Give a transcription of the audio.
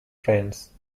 friends